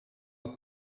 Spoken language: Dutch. het